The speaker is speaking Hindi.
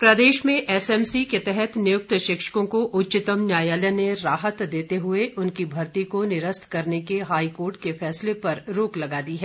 प्रदेश में एसएमसी के तहत नियुक्त शिक्षकों को उच्चतम न्यायालय ने राहत देते हुए उनकी मर्ती को निरस्त करने के हाईकोर्ट के फैसले पर रोक लगा दी है